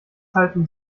halten